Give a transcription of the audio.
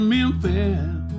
Memphis